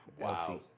Wow